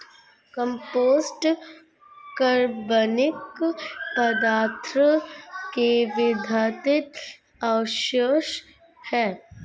compost कार्बनिक पदार्थों के विघटित अवशेष हैं